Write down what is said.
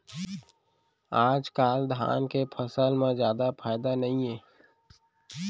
आजकाल धान के फसल म जादा फायदा नइये